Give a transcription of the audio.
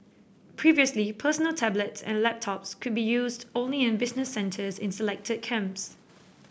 previously personal tablets and laptops could be used only in business centres in selected camps